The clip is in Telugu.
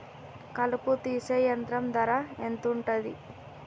కలుపు తీసే యంత్రం ధర ఎంతుటది?